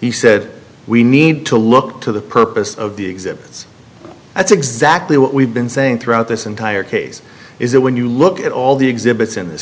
he said we need to look to the purpose of the exhibits that's exactly what we've been saying throughout this entire case is that when you look at all the exhibits in this